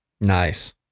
Nice